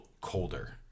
colder